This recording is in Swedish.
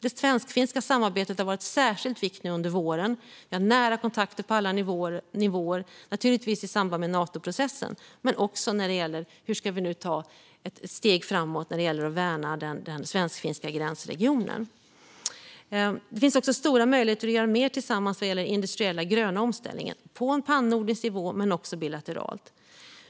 Det svensk-finska samarbetet har varit särskilt viktigt nu under våren. Vi har haft nära kontakter på alla nivåer. Det gäller naturligtvis i samband med Natoprocessen men också hur vi nu ska ta ett steg framåt när det gäller att värna den svensk-finska gränsregionen. Det finns också stora möjligheter att göra mer tillsammans vad gäller den industriella gröna omställningen på en pannordisk nivå men också bilateralt.